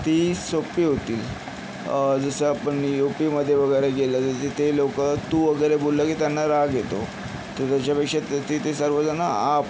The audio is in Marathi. ती सोपी होतील जसं आपण यूपीमध्ये वगैरे गेलो तर तिथे लोकं तू वगैरे बोललं की त्यांना राग येतो तर त्याच्यापेक्षा तेथे ते सर्वजणं आप